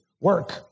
work